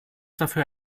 dafür